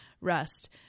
rest